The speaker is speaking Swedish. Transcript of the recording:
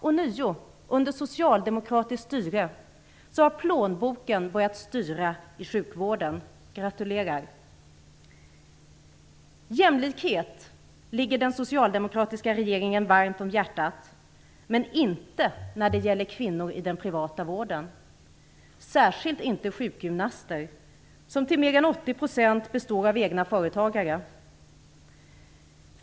Ånyo: Under socialdemokratiskt styre har plånboken börjat styra i sjukvården. Gratulerar! Jämlikhet ligger den socialdemokratiska regeringen varmt om hjärtat, men inte när det gäller kvinnor i den privata vården, särskilt inte sjukgymnaster, som till mer än 80 % är egna företagare.